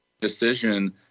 decision